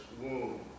womb